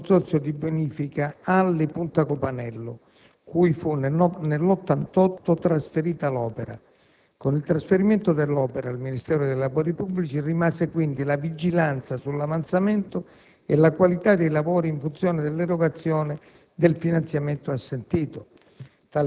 al consorzio di bonifica Alli-Punta Copanello cui, nel 1988, fu trasferita l'opera. Con il trasferimento dell'opera, al Ministero dei lavori pubblici rimase, quindi, la vigilanza sull'avanzamento e la qualità dei lavori in funzione dell'erogazione del finanziamento assentito.